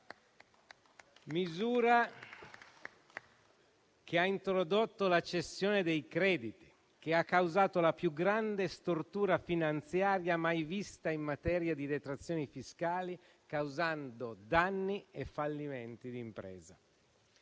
misura ha introdotto la cessione dei crediti, che ha causato la più grande stortura finanziaria mai vista in materia di detrazioni fiscali, causando danni e fallimenti di imprese.